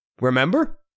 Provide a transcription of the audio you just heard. Remember